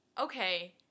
okay